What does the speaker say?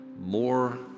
more